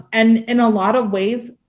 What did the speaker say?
and in a lot of ways,